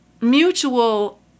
mutual